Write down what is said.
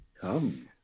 Come